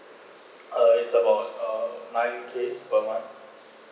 uh it's about uh nine K per month